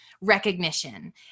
recognition